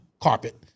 carpet